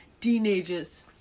Teenagers